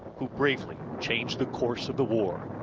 who bravely changed the course of the war.